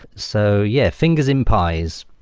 so yeah, fingers in pies.